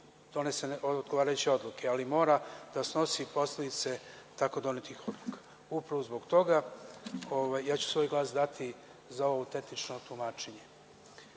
donese odgovarajuće odluke, ali mora da snosi posledice tako donetih odluka. Upravo zbog toga, ja ću svoj glas dati za ovo autentično tumačenje,